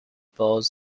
both